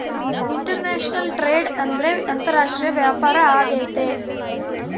international trade ಅಂದ್ರೆ ಅಂತಾರಾಷ್ಟ್ರೀಯ ವ್ಯಾಪಾರ ಆಗೈತೆ